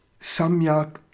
Samyak